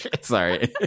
Sorry